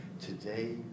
today